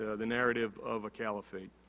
ah the narrative of a caliphate.